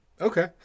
Okay